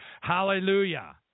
hallelujah